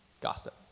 Gossip